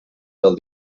del